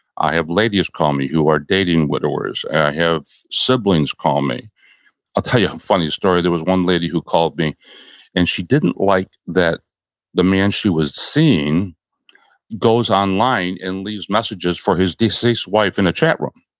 i have ladies that call me who are dating widowers. i have siblings call me i'll tell you a funny story. there was one lady who called me and she didn't like that the man she was seeing goes online and leaves messages for his deceased wife in a chatroom.